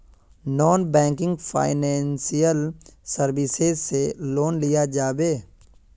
Non banking financial services से loan लिया जाबे?